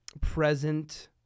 present